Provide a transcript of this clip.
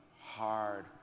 hard